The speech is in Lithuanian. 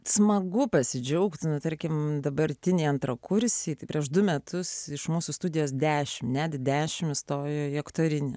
smagu pasidžiaugti na tarkim dabartiniai antrakursiai prieš du metus iš mūsų studijos dešimt net dešimt įstojo į aktorinį